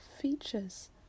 features